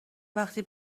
وقتی